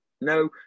No